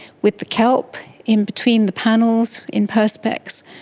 with the kelp in-between the panels in perspex.